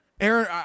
aaron